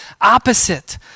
opposite